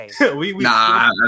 Nah